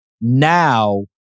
now